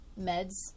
meds